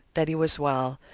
that he was well,